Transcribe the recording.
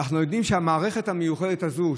ואנחנו יודעים שהמערכת המיוחדת הזאת,